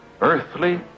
Earthly